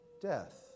death